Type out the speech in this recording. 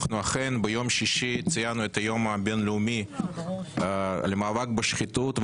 אכן ביום שישי ציינו את היום הבין-לאומי למאבק בשחיתות.